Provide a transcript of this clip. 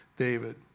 David